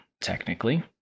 technically